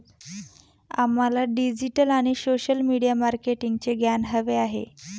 आम्हाला डिजिटल आणि social media मार्केटिंगचे ज्ञान हवे आहे